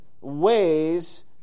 ways